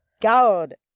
god